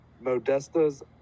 Modesta's